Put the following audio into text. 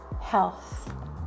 health